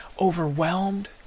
overwhelmed